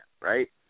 right